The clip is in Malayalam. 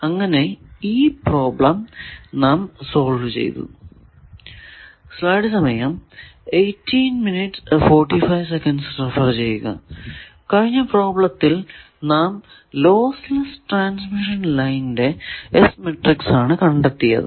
അങ്ങനെ ഈ പ്രോബ്ലം നാം സോൾവ് ചെയ്തു കഴിഞ്ഞ പ്രോബ്ലെത്തിൽ നാം ലോസ് ലെസ്സ് ട്രാൻസ്മിഷൻ ലൈനിന്റെ S മാട്രിക്സ് ആണ് കണ്ടെത്തിയത്